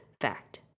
fact